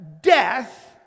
death